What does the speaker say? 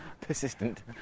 persistent